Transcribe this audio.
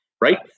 right